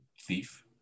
thief